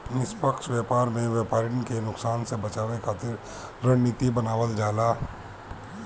निष्पक्ष व्यापार में व्यापरिन के नुकसान से बचावे खातिर रणनीति बनावल जाला